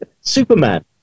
Superman